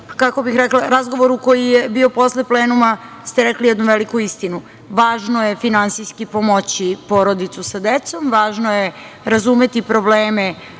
ali u jednom razgovoru koji je bio posle plenuma ste rekli jednu veliku istinu - važno je finansijski pomoći porodicu sa decom, važno je razumeti probleme